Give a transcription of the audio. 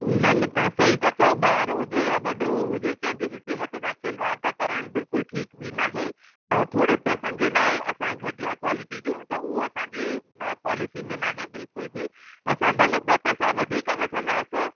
न न तव्हां सही था चयो ॿार हुजे या वॾो हुजे कंहिंजे बि सिहत सां खिलवाड़ त करण बिल्कुलु ठीकु बि नाहे ऐं थोरे पैसनि जे लाइ असां घटिया क्वालिटी ॾियूं त उहो असांजे पॉलिसी में न आहे बिल्कुलु बि असां भले ॿ पैसा वधीक वठंदासीं